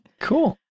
Cool